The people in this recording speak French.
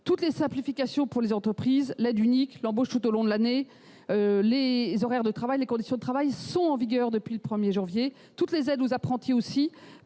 Toutes les simplifications pour les entreprises- l'aide unique, l'embauche tout au long de l'année, les horaires de travail, les conditions de travail -sont en vigueur depuis le 1 janvier, ainsi que toutes les aides aux apprentis, permis